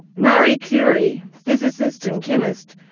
marie curie, physicist and chemist,